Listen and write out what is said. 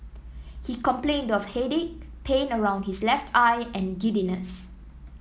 he complained of headache pain around his left eye and giddiness